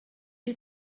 you